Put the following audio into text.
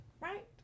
Right